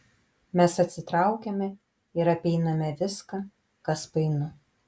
mes atsitraukiame ir apeiname viską kas painu